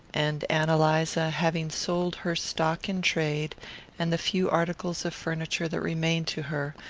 and ann eliza, having sold her stock-in-trade and the few articles of furniture that remained to her,